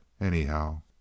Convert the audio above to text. anyhow